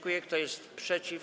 Kto jest przeciw?